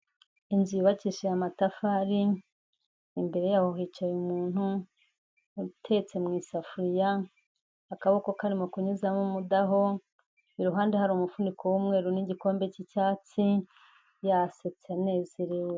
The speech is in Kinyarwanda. Inzu yukishije amatafari, imbere yaho hicaye umuntu utetse mu isafuriya, akaboko karimo kunyuzamo umudaho, iruhande hari umufuniko w'umweru n'igikombe cy'icyatsi, yasetse anezerewe.